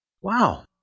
Wow